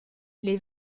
les